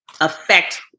affect